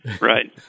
Right